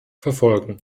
verfolgen